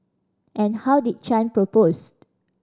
and how did Chan propose